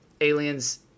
aliens